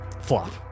flop